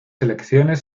elecciones